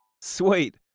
Sweet